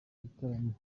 bitaramo